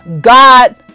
God